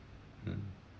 mm